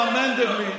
מר מנדלבליט,